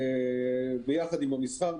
ביחד עם המסחר,